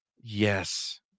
Yes